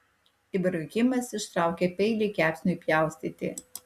ibrahimas ištraukė peilį kepsniui pjaustyti